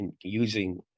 using